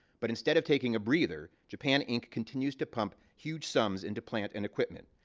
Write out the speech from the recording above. but instead of taking a breather, japan inc. continues to pump huge sums into plant and equipment.